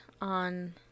on